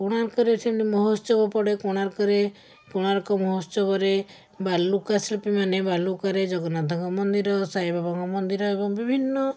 କୋଣାର୍କରେ ସେମିତି ମହୋତ୍ସବ ପଡ଼େ କୋଣାର୍କରେ କୋଣାର୍କ ମହୋତ୍ସବରେ ବାଲୁକା ଶିଳ୍ପୀ ମାନେ ବାଲୁକାରେ ଜଗନ୍ନାଥଙ୍କ ମନ୍ଦିର ସାଇବାବାଙ୍କ ମନ୍ଦିର ଏବଂ ବିଭିନ୍ନ